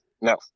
no